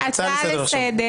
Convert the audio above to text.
אוקי, הצעה לסדר